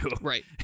Right